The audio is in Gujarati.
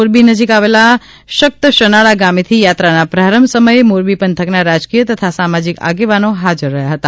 મોરબી નજીક આવેલા શક્ત શનાળા ગામેથી યાત્રાના પ્રારંભ સમયે મોરબી પંથકના રાજકીય તથા સામાજીક આગેવાનો હાજર હતા